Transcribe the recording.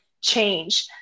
change